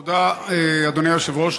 תודה, אדוני היושב-ראש.